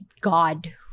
God